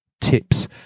tips